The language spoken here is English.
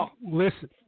listen